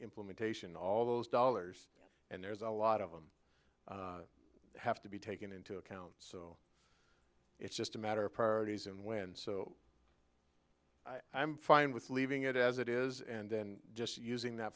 implementation all those dollars and there's a lot of them have to be taken into account so it's just a matter of priorities and when so i'm fine with leaving it as it is and then just using that